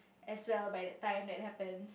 as well by that time that happens